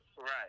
Right